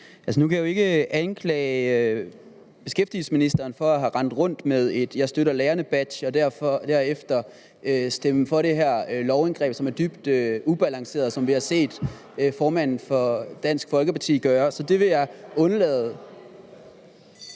Nu kan jeg jo ikke anklage beskæftigelsesministeren for at have rendt rundt med en »Jeg støtter lærerne«-badge og derefter stemme for det her dybt ubalancerede lovindgreb, som vi har set formanden for Dansk Folkeparti gøre det. Så det vil jeg undlade.